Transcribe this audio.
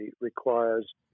requires